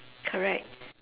correct